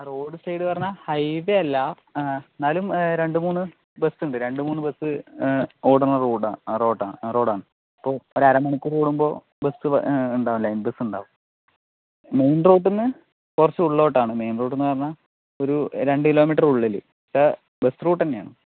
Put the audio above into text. road സൈഡ്ന്ന് പറഞ്ഞാൽ highway അല്ല ന്നാലും രണ്ട് മൂന്ന് ബസുണ്ട് രണ്ട് മൂന്ന് ബസ് ഓടുന്ന റോഡാ റോഡാണ് അപ്പോൾ ഒരര മണിക്കൂർ കൂടുമ്പോ ബസ് ലൈൻ ബസ് ഉണ്ടാകും മെയിൻ റോഡെന്ന് ഇപ്പോൾ കുറച്ച് ഉള്ളോട്ടാണ് മെയിൻ റോഡെന്ന് പറഞ്ഞാൽ ഒരു രണ്ട് കിലോമീറ്റർ ഉള്ളില് ബസ് റൂട്ട് തന്നെയാണ്